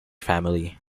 family